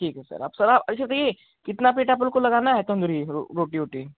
ठीक है सर आप ये बताइये कितना प्लेट अपन को लगाना है तंदूरी रोटी वोटी